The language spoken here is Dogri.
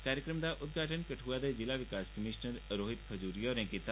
कार्यक्रम दा उद्घाटन कठुआ दे जिला विकास कमीशनर रोहित खजूरिया होरें कीता